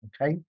Okay